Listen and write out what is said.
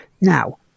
Now